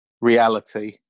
reality